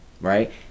right